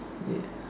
yes